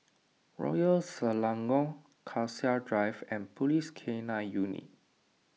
Royal Selangor Cassia Drive and Police K nine Unit